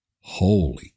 Holy